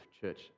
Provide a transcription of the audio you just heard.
church